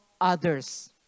others